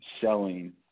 selling